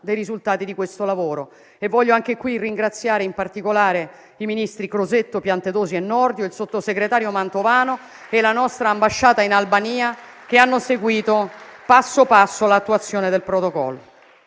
dei risultati di questo lavoro. Voglio anche qui ringraziare in particolare i ministri Crosetto, Piantedosi e Nordio, il sottosegretario Mantovano e la nostra Ambasciata in Albania che hanno seguito passo passo l'attuazione del Protocollo.